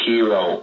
Hero